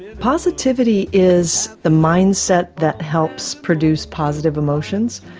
positivity is the mindset that helps produce positive emotions,